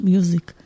Music